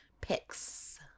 pics